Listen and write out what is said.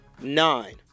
Nine